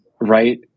right